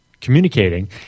communicating